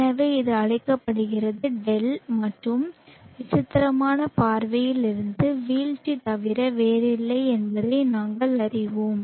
எனவே இது அழைக்கப்படுகிறது δ மற்றும் விசித்திரமான பார்வையில் இருந்து வீழ்ச்சி தவிர வேறில்லை என்பதை நாங்கள் அறிவோம்